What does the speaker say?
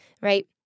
right